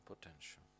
potential